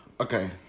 Okay